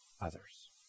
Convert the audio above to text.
others